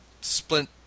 splint